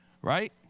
right